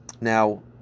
Now